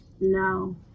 No